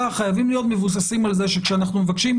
חייבים להיות מבוססים על זה שכשאנחנו מבקשים,